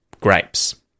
grapes